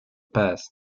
past